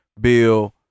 Bill